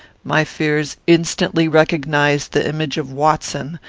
my fears instantly recognised the image of watson,